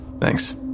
Thanks